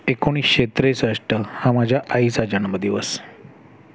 एकोणीसशे त्रेसष्ट हा माझ्या आईचा जन्मदिवस